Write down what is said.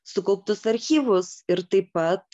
sukauptus archyvus ir taip pat